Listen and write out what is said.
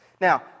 Now